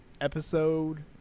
episode